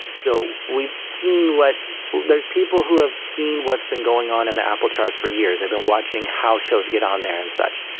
so we've seen what there's people who have seen what's been going on in the apple charts for years. they've been watching how shows get on there and such.